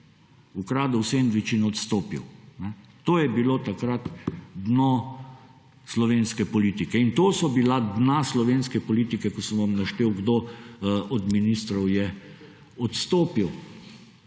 ukradel sendvič in odstopil. To je bilo takrat dno slovenske politike in to so bila dna slovenske politiko, ko sem vam naštel kdo od ministrov je odstopil.